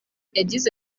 yagize